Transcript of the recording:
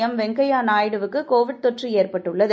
M Venkaiah நாயுடுவுக்கு Covid தொற்று ஏற்பட்டுள்ளது